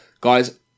Guys